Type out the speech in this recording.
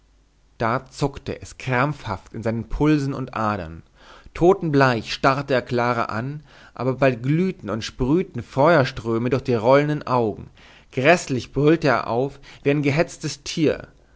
da zuckte es krampfhaft in seinen pulsen und adern totenbleich starrte er clara an aber bald glühten und sprühten feuerströme durch die rollenden augen gräßlich brüllte er auf wie ein gehetztes tier